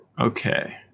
okay